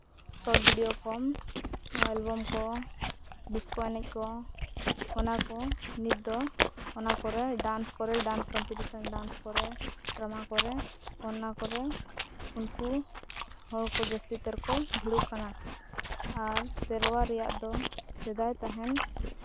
ᱥᱚᱴ video ᱠᱚᱢ album ᱠᱚ disco ᱮᱱᱮᱡᱽ ᱠᱚ ᱚᱱᱟ ᱠᱚ ᱱᱤᱛ ᱫᱚ ᱚᱱᱟ ᱠᱚᱨᱮ ᱰᱟᱱᱥ ᱠᱚᱨᱮ ᱰᱟᱱᱥ ᱠᱚᱢᱯᱤᱴᱤᱥᱮᱱ ᱰᱮᱱᱥ ᱠᱚᱨᱮ ᱰᱨᱟᱢᱟ ᱠᱚᱨᱮ ᱚᱱᱱᱟ ᱠᱚᱨᱮ ᱩᱱᱠᱩ ᱦᱚᱲ ᱠᱚ ᱡᱟᱹᱥᱛᱤ ᱩᱛᱟᱹᱨ ᱠᱚ ᱵᱷᱤᱲᱩᱜ ᱠᱟᱱᱟ ᱟᱨ ᱥᱮᱨᱣᱟ ᱨᱮᱭᱟᱜ ᱫᱚ ᱥᱮᱫᱟᱭ ᱛᱟᱦᱮᱱ